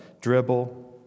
dribble